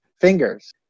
fingers